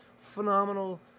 Phenomenal